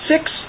six